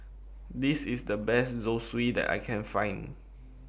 This IS The Best Zosui that I Can Find